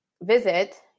visit